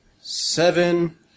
Seven